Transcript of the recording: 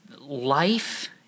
Life